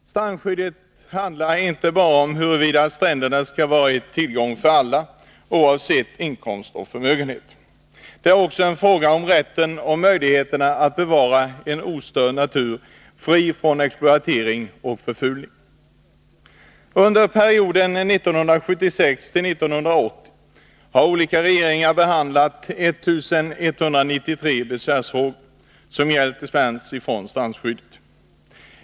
Strandskyddet handlar inte bara om huruvida stränderna skall vara en tillgång för alla, oavsett inkomst och förmögenhet. Det är också en fråga om rätten och möjligheten att bevara en ostörd natur fri från exploatering och förfulning. Under perioden 1976-1980 har olika regeringar behandlat 1 193 besvärsärenden som gällt dispens från strandskyddet.